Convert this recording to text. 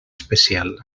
especial